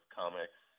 comics